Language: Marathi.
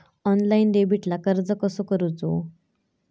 ऑनलाइन डेबिटला अर्ज कसो करूचो?